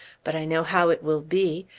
but i know how it will be.